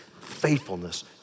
faithfulness